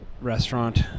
restaurant